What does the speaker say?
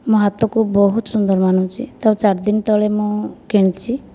ମୋ ହାତକୁ ବହୁତ ସୁନ୍ଦର ମାନୁଛି ତାକୁ ଚାରି ଦିନ ତଳେ ମୁଁ କିଣିଛି